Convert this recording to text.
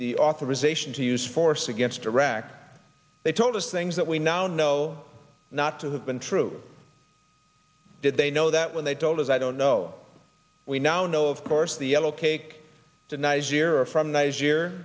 the authorization to use force against iraq they told us things that we now know not to have been true did they know that when they told us i don't know we now know of course the yellowcake denies era from niger